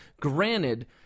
Granted